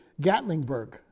Gatlingburg